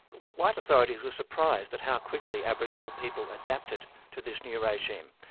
white authorities were surprised at how quickly aboriginal people adapted to this new regime,